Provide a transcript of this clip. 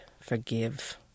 forgive